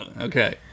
Okay